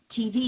TV